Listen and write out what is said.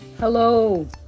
Hello